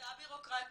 אותה בירוקרטיה,